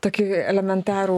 tokį elementarų